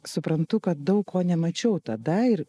suprantu kad daug ko nemačiau tada ir